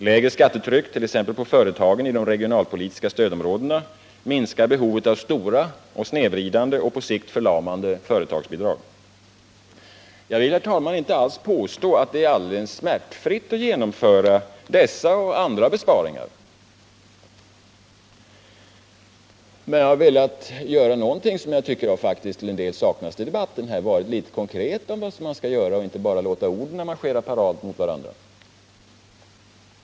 Lägre skattetryck, t.ex. på företagen i de regionalpolitiska stödområdena, minskar behovet av stora, snedvridande och på sikt förlamande företagsbidrag. Jag vill, herr talman, inte alls påstå att det är alldeles smärtfritt att genomföra dessa och andra besparingar. Men jag har velat göra någonting som jag tycker faktiskt till en del har saknats i debatten, nämligen tala om vad man konkret skall göra och inte bara låta orden marschera parad mot varandra.